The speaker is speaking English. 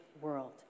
world